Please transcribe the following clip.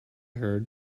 heard